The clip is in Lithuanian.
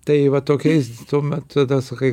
tai va tokiais tuomet tada sakai